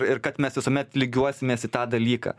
ir kad mes visuomet lygiuosimės į tą dalyką